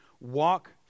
walk